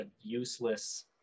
useless